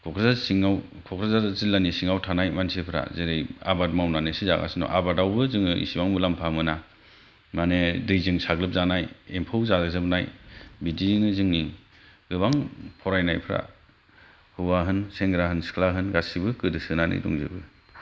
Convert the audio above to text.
क'क्राझार सिङाव क'क्राझार जिल्लानि सिङाव थानाय मानसिफ्रा जेरै आबाद मावनानैसो जागासिनो दं आबादावबो जों इसेबां मुलाम्फा मोना माने दैजों साग्लोबजानाय एमफौ जाजोबनाय बिदियैनो जोंनि गोबां फरायनायफ्रा हौवा होन सेंग्रा होन सिख्ला होन गासिबो गोदोसोनानै दंजोबो